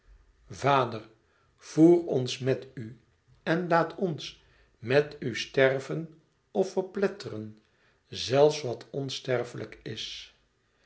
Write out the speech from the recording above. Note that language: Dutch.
vader voer ons met u en laat ons met u sterven of verpletteren zelfs wat onsterflijk is